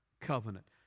covenant